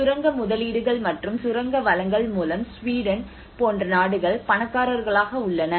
சுரங்க முதலீடுகள் மற்றும் சுரங்க வளங்கள் மூலம் சுவீடன் போன்ற நாடுகள் பணக்காரர்களாக உள்ளன